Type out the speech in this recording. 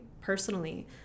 personally